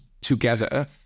together